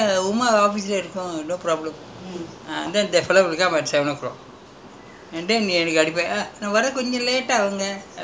come this time this time ஏழு மணிக்கு:yaelu manikku okay okay நான்:naan office இருப்பேன்:iruppaen uma office இருக்கும்:irukkum no problem ah then the fellow will come at seven O clock